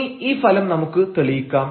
ഇനി ഈ ഫലം നമുക്കു തെളിയിക്കാം